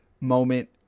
moment